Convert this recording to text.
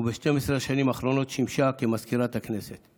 וב-12 השנים האחרונות שימשה מזכירת הכנסת.